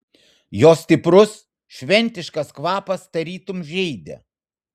jo stiprus šventiškas kvapas tarytum žeidė